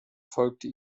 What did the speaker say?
folgte